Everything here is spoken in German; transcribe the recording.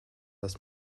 das